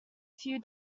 few